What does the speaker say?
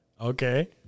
Okay